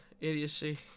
idiocy